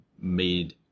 made